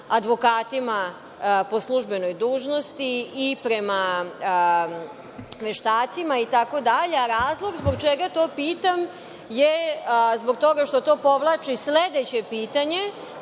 advokatima po službenoj dužnosti i prema veštacima, itd. Razlog zbog čega to pitam je zbog toga što to povlači sledeće pitanje,